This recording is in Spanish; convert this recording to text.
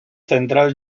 central